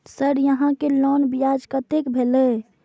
Sir यहां के loan ब्याज कतेक भेलेय?